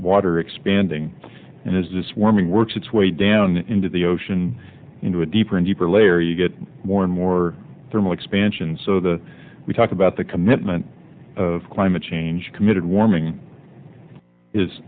water expanding and as this warming works its way down into the ocean into a deeper and deeper layer you get more and more thermal expansion so the we talk about the commitment of climate change committed warming is